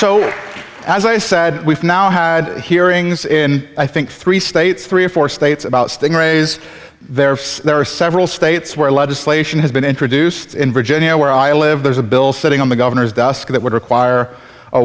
so as i said we've now had hearings in i think three states three or four states about sting rays there are there are several states where legislation has been introduced in virginia where i live there's a bill sitting on the governor's desk that would require a